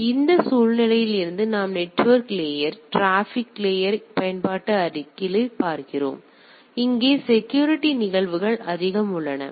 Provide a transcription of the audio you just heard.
எனவே அந்த சூழலில் இருந்து நாம் நெட்வொர்க் லேயர் டிராபிக் லேயர் பயன்பாட்டு அடுக்கிலிருந்து பார்க்கிறோம் இங்கே செக்யூரிட்டி நிகழ்வுகள் அதிகம் உள்ளன